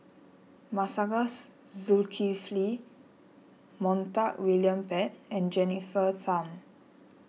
Masagos Zulkifli Montague William Pett and Jennifer Tham